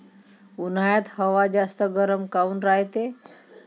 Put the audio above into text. उन्हाळ्यात हवा जास्त गरम काऊन रायते?